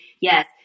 Yes